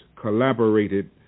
collaborated